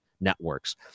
networks